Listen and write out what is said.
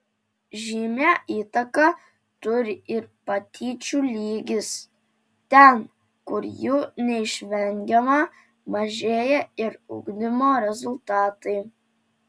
žymią įtaką turi ir patyčių lygis ten kur jų neišvengiama mažėja ir ugdymo rezultatai